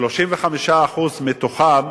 35% מתחת